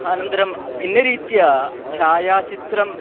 अनन्तरं भिन्नरीत्या छायाचित्रं